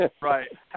Right